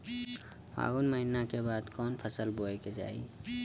फागुन महीना के बाद कवन फसल बोए के चाही?